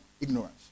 ignorance